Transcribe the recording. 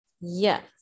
Yes